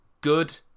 Good